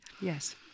yes